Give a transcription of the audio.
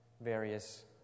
various